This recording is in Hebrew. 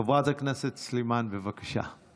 חברת הכנסת סלימאן, בבקשה.